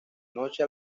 noche